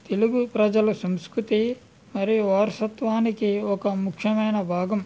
తెలుగు ప్రజల సంస్కృతి మరియు వారసత్యానికి ఒక ముఖ్యమైన భాగం